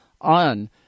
on